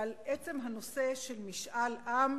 היא על עצם הנושא של משאל עם,